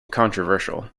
controversial